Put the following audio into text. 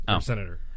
senator